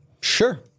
Sure